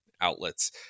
outlets